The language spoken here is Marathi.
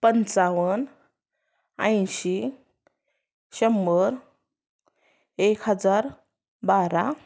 पंचावन्न ऐंशी शंभर एक हजार बारा